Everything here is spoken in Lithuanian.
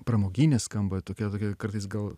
pramoginė skamba tokia tokia kartais gal